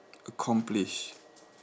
accomplish